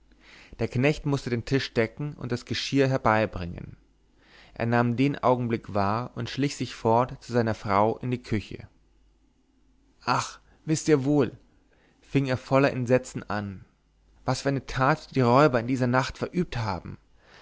der knecht mußte den tisch decken und das geschirr herbeibringen er nahm den augenblick wahr und schlich sich fort zu seiner frau in die küche ach wißt ihr wohl fing er voller entsetzen an was für eine tat die räuber in dieser nacht verübt haben